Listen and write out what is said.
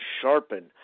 sharpen